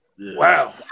Wow